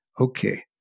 okay